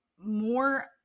more